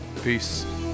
Peace